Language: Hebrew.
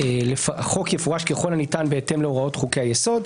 שהחוק יפורש ככל הניתן בהתאם להוראות חוקי היסוד.